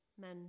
men